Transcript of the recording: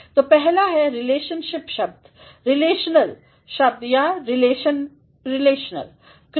तो पहला है रिलेशनल शब्द रिलेशनल शब्द या रिलेशनल क्रिया